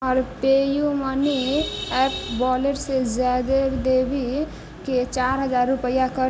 हमर PayU Money app वॉलेटसँ जयदेव देवीके चारि हजार रुपैआके